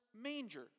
manger